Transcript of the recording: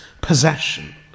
possession